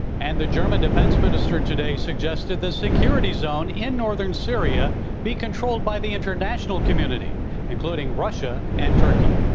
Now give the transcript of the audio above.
and the german defense minister today suggested the security zone in northern syria be controlled by the international community including russia and turkey.